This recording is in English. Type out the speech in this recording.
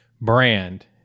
brand